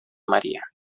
maría